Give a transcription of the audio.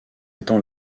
étant